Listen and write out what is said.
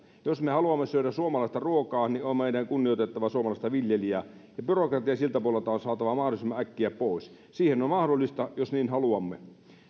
jos me haluamme syödä suomalaista ruokaa niin meidän on kunnioitettava suomalaista viljelijää ja byrokratia siltä puolelta on saatava mahdollisimman äkkiä pois se on mahdollista jos niin haluamme